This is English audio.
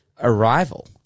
arrival